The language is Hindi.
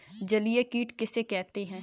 जलीय कीट किसे कहते हैं?